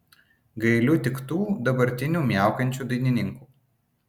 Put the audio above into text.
gailiu tik tų dabartinių miaukiančių dainininkų